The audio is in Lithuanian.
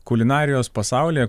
kulinarijos pasaulyje